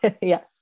Yes